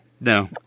No